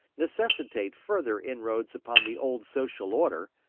necessitate further inroads upon the old social order,